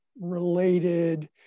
related